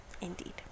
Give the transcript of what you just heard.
Indeed